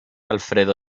alfredo